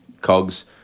Cogs